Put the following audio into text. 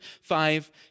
five